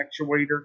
actuator